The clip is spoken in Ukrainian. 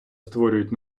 створюють